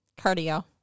Cardio